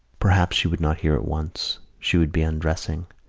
perhaps she would not hear at once she would be undressing.